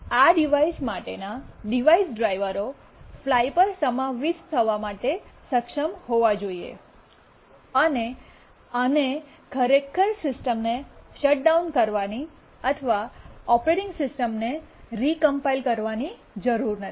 આ ડિવાઇસ માટેના ડિવાઇસ ડ્રાઇવરો ફ્લાય પર સમાવિષ્ટ થવા માટે સક્ષમ હોવા જોઈએ અને આને ખરેખર સિસ્ટમને શટ ડાઉન કરવાની અથવા ઓપરેટિંગ સિસ્ટમ રીકમ્પાઇલ કરવાની જરૂર નથી